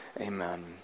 Amen